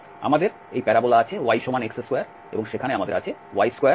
আমাদের এই প্যারাবোলা আছে yx2 এবং সেখানে আমাদের আছে y2x